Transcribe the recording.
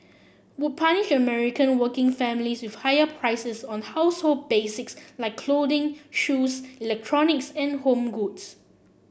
would punish American working families with higher prices on household basics like clothing shoes electronics and home goods